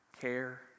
care